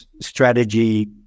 strategy